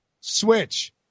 switch